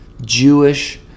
Jewish